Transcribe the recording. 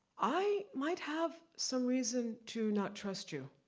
i might have some reason to not trust you.